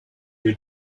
you